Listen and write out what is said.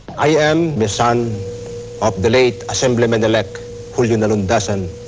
i am the son of the late assemblyman elect julio nalundasan.